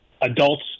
adults